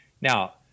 Now